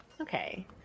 Okay